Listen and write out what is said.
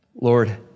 Lord